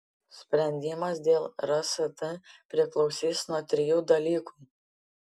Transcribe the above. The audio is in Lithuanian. sprendimas dėl rst priklausys nuo trijų dalykų